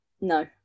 No